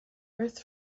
earth